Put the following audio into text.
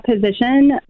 position